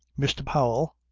mr. powell,